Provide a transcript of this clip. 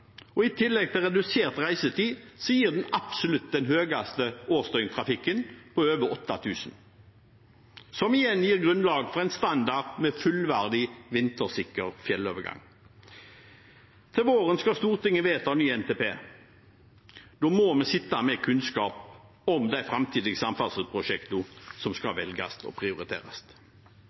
og i tillegg til redusert reisetid gir det den absolutt høyeste årsdøgntrafikken, på over 8 000. Det gir igjen grunnlag for en standard med fullverdig, vintersikker fjellovergang. Til våren skal Stortinget vedta ny NTP. Da må vi sitte med kunnskap om de framtidige samferdselsprosjektene som skal velges og prioriteres.